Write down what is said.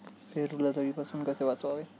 पेरूला देवीपासून कसे वाचवावे?